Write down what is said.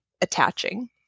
attaching